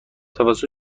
توسط